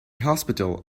hospital